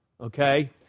okay